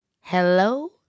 Hello